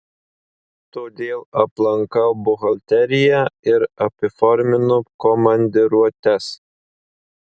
todėl aplankau buhalteriją ir apiforminu komandiruotes